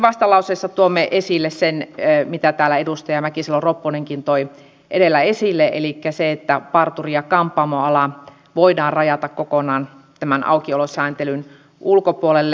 vastalauseessa tuomme esille myöskin sen mitä täällä edustaja mäkisalo ropponenkin toi edellä esille että parturi ja kampaamoala voidaan rajata kokonaan tämän aukiolosääntelyn ulkopuolelle